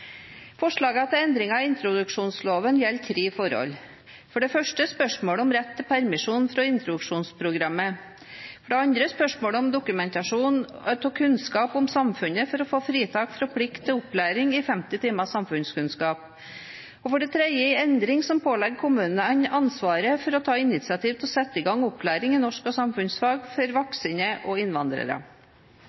Forslagene til endringer i introduksjonsloven gjelder tre forhold: for det første, spørsmålet om rett til permisjon fra introduksjonsprogrammet for det andre, spørsmålet om dokumentasjon av kunnskap om samfunnet for å få fritak fra plikt til opplæring i 50 timer samfunnskunnskap for det tredje, en endring som pålegger kommunene ansvaret for å ta initiativ til å sette i gang opplæring i norsk og samfunnsfag for voksne og innvandrere.